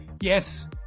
Yes